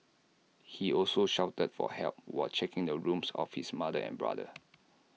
he also shouted for help while checking the rooms of his mother and brother